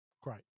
great